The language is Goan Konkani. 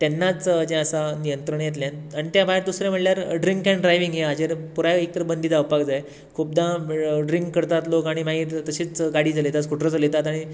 तेन्नाच जें आसा नियंत्रण येतलें आनी आण त्या भायर दुसरें म्हळ्ळ्यार ड्रींक एन ड्रायवींग यें हाजेर पुराय एक तर बंदी जावपाक जाय खुबदां ड्रींक करतात लोक आनी मागीर तशीच गाडी चलयता स्कुटर चलयतात आनी